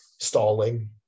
stalling